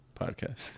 podcast